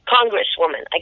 Congresswoman